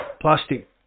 plastic